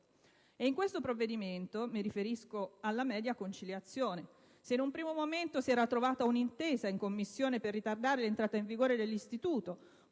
E in questo provvedimento - mi riferisco alla media conciliazione - se in un primo momento si era trovata un'intesa in Commissione per ritardare l'entrata in vigore dell'istituto,